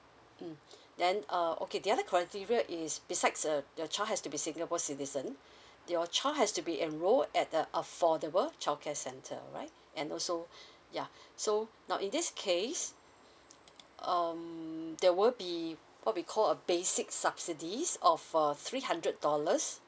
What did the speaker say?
mm then uh okay the other criteria is besides the the child has to be singapore citizen your child has to be enrolled at a affordable childcare center alright and also ya so now in this case um there will be what we call a basic subsidies of a three hundred dollars